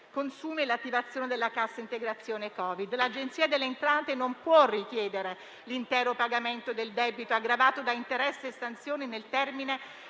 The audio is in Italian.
l'attivazione della cassa integrazione Covid. L'Agenzia delle entrate non può richiedere l'intero pagamento del debito, aggravato da interessi e sanzioni, nel termine